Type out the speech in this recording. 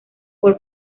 por